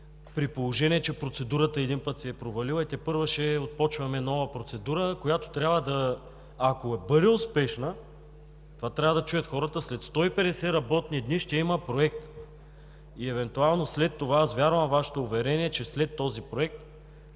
при положение че процедурата един път се е провалила и тепърва ще отпочваме нова процедура и ако бъде успешна – трябва да чуят хората, след 150 работни дни ще има проект! Евентуално след това – аз вярвам във Вашето уверение, че след този проект